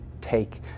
take